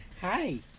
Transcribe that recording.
hi